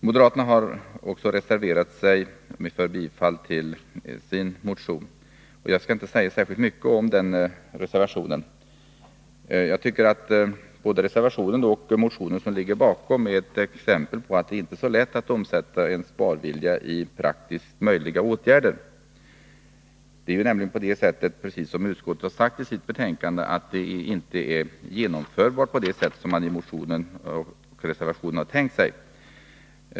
Moderaterna har också reserverat sig och yrkar bifall till sin motion. Jag skall inte säga särskilt mycket om den reservationen. Jag tycker att både reservationen och den motion som ligger bakom är ett exempel på att det inte är så lätt att omsätta en sparvilja i praktiskt möjliga åtgärder. Det är nämligen så, precis som utskottet har sagt i sitt betänkande, att förslaget inte är genomförbart på det sätt som man har tänkt sig i motionen och reservationen.